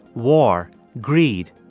war, greed,